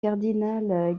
cardinal